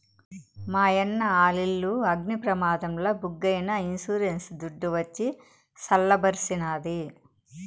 మాయన్న ఆలిల్లు అగ్ని ప్రమాదంల బుగ్గైనా ఇన్సూరెన్స్ దుడ్డు వచ్చి సల్ల బరిసినాది